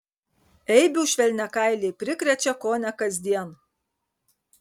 eibių švelniakailiai prikrečia kone kasdien